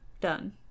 Done